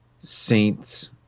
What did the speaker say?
saints